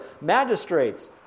magistrates